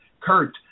Kurt